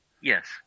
Yes